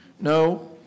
No